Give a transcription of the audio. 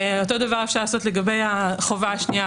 אותו הדבר אפשר לעשות לגבי החובה השנייה,